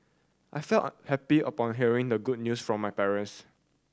I felt unhappy upon hearing the good news from my parents